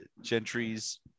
Gentry's